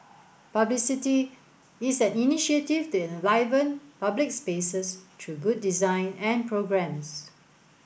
publicity is an initiative to enliven public spaces through good design and programmes